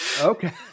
Okay